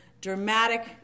Dramatic